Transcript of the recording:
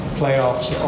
playoffs